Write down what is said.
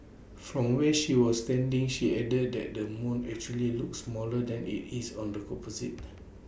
from where she was standing she added that the moon actually looked smaller than IT is on the composite